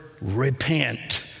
repent